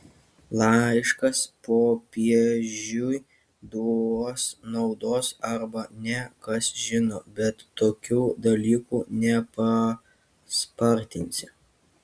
laiškas popiežiui duos naudos arba ne kas žino bet tokių dalykų nepaspartinsi